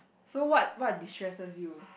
so what what destresses you